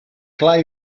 clar